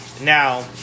now